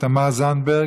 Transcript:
תמר זנדברג,